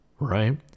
Right